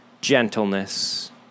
gentleness